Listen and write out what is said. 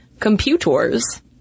Computers